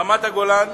רמת-הגולן